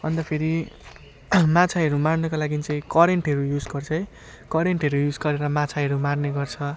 अन्त फेरि माछाहरू मार्नको लागि चाहिँ करेन्टहरू युज गर्छ है करेन्टहरू युज गरेर माछाहरू मार्ने गर्छ